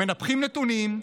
מנפחים נתונים,